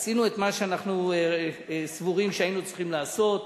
עשינו את מה שאנחנו סבורים שהיינו צריכים לעשות,